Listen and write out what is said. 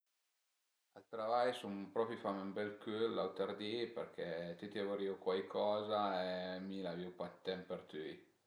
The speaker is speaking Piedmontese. Al travai sun propi fame ün bel cül l'aut di perché tüti a vulìu cuaicoza e mi l'avìu pa dë temp për tüi